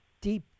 deep